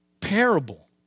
parable